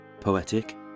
poetic